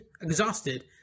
exhausted